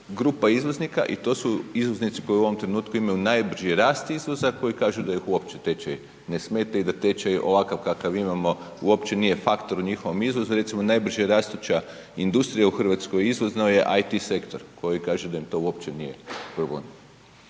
grupa izvoznika i to su izvoznici koji u ovom trenutku imaju najbrži rast izvoza koji kažu da ih uopće tečaj ne smeta i da tečaj ovakav kakav imamo uopće nije faktoru u njihovom izvozu. Recimo najbrže rastuća industrija u Hrvatskoj izvozna je IT sektor koji kaže da im to uopće nije problem.